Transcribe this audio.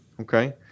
Okay